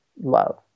love